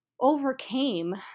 overcame